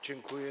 Dziękuję.